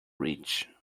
rich